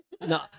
no